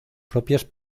propias